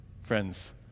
Friends